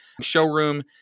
showroom